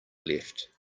left